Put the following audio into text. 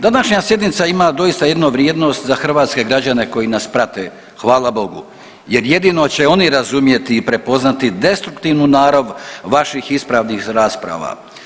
Današnja sjednica ima doista jednu vrijednost za hrvatske građane koji nas prate, hvala Bogu, jer jedino će oni razumjeti i prepoznati destruktivnu narav vaših ispravnih rasprava.